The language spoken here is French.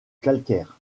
calcaire